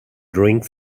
drink